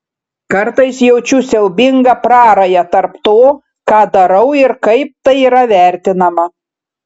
kartais jaučiu siaubingą prarają tarp to ką darau ir kaip tai yra vertinama